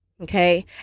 okay